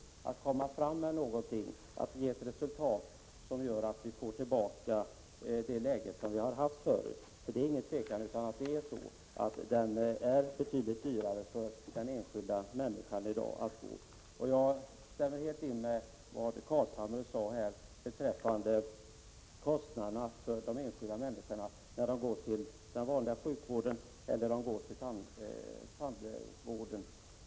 Det gäller att komma fram till ett resultat, som gör att vi får tillbaka det läge vi har haft förut. Det råder inget tvivel om att det är betydligt dyrare för den enskilda människan att gå till tandläkaren i dag. Jag håller helt med vad Nils Carlshamre sade beträffande kostnaderna för de enskilda människorna när de går till den vanliga sjukvården eller går till tandvården.